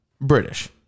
British